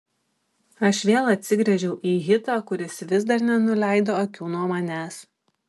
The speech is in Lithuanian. aš vėl atsigręžiau į hitą kuris vis dar nenuleido akių nuo manęs